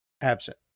absent